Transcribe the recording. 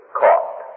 caught